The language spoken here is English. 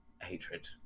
hatred